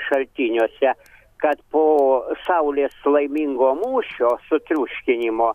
šaltiniuose kad po saulės laimingo mūšio sutriuškinimo